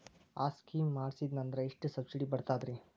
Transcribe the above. ಆ ಸ್ಕೀಮ ಮಾಡ್ಸೀದ್ನಂದರ ಎಷ್ಟ ಸಬ್ಸಿಡಿ ಬರ್ತಾದ್ರೀ?